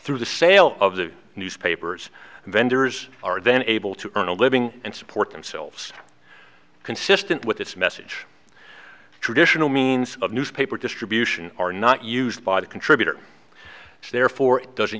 through the sale of the newspapers vendors are then able to earn a living and support themselves consistent with its message traditional means of newspaper distribution are not used by the contributor so therefore it doesn't